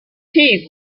teeth